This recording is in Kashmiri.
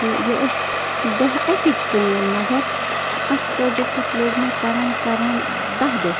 تہٕ یہِ أس دۄہ اَکِچ کٲم مگر اَتھ پروجَکٹَس لوٚگ مےٚ کَران کَران دَہ دۄہ